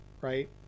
right